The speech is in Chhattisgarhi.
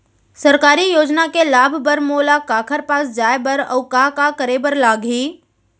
सरकारी योजना के लाभ बर मोला काखर पास जाए बर अऊ का का करे बर लागही?